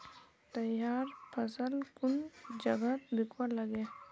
तैयार फसल कुन जगहत बिकवा लगे?